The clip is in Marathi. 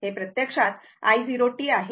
हे प्रत्यक्षात i0t आहे